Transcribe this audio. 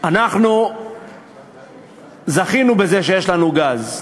אנחנו זכינו בזה שיש לנו גז.